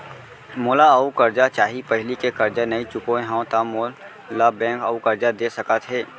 मोला अऊ करजा चाही पहिली के करजा नई चुकोय हव त मोल ला बैंक अऊ करजा दे सकता हे?